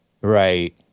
Right